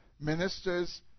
ministers